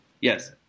Yes